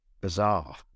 bizarre